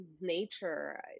nature